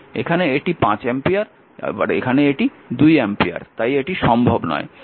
এখানে এটি 5 অ্যাম্পিয়ার আবার এখানে এটি 2 অ্যাম্পিয়ার তাই এটি সম্ভব নয়